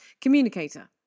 Communicator